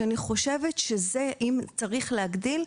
אני חושבת שאם צריך להגדיל,